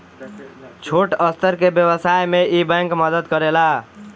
छोट स्तर के व्यवसाय में इ बैंक मदद करेला